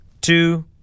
two